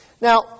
Now